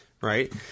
right